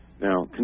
Now